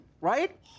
right